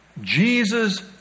Jesus